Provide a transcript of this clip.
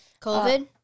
COVID